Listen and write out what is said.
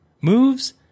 moves